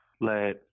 let